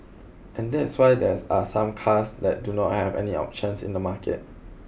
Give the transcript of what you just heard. and that's why there are some cars that do not have any options in the market